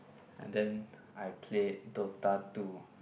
ah then I play Dota two